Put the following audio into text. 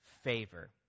favor